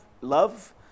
love